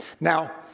Now